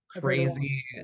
crazy